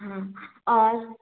हाँ और